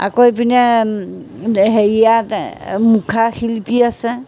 আকৌ এইপিনে হেৰিয়াত মুখা শিল্প আছে